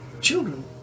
children